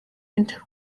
inter